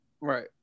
Right